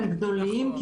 הם גדולים,